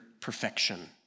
perfection